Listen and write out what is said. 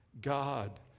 God